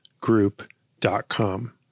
group.com